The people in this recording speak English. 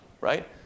right